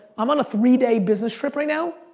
i'm on a three-day business trip right now.